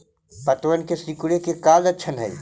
पत्तबन के सिकुड़े के का लक्षण हई?